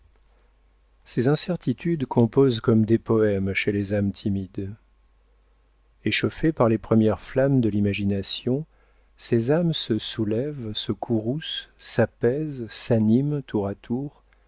ces incertitudes composent comme des poèmes chez les âmes timides échauffées par les premières flammes de l'imagination ces âmes se soulèvent se courroucent s'apaisent s'animent tour à tour